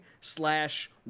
slash